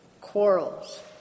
quarrels